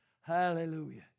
hallelujah